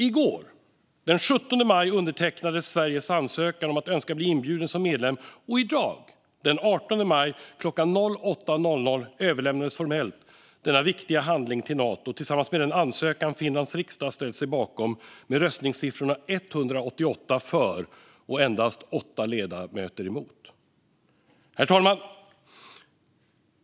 I går, den 17 maj, undertecknades Sveriges ansökan om att önska bli inbjuden som medlem, och i dag, den 18 maj klockan 08.00, överlämnades formellt denna viktiga handling till Nato tillsammans med den ansökan som Finlands riksdag ställt sig bakom med röstningssiffrorna 188 för och endast 8 ledamöter emot. Herr talman!